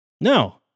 No